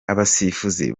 abasifuzi